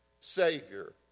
savior